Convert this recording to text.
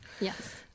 Yes